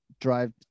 drive